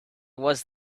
was